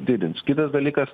didins kitas dalykas